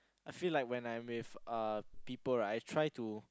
I feel like when I'm with um people right I try to